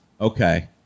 Okay